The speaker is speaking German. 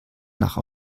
nach